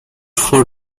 for